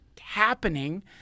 happening